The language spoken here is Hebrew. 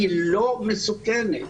היא לא מסוכנת.